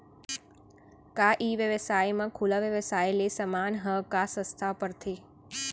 का ई व्यवसाय म खुला व्यवसाय ले समान ह का सस्ता पढ़थे?